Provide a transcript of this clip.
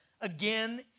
again